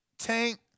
Tank